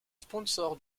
sponsor